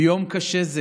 ביום קשה זה